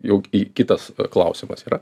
jau į kitas klausimas yra